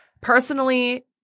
Personally